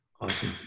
Awesome